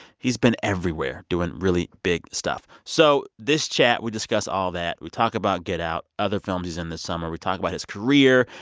he's been everywhere doing really big stuff. so this chat, we discuss all that. we talk about get out, other films he's in this summer. we talk about his career,